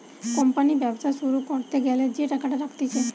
company ব্যবসা শুরু করতে গ্যালা যে টাকাটা রাখতিছে